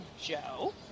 Joe